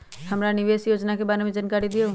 हमरा निवेस योजना के बारे में जानकारी दीउ?